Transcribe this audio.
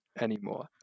anymore